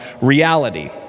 reality